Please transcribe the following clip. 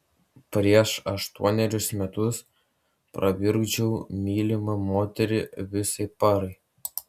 prieš aštuonerius metus pravirkdžiau mylimą moterį visai parai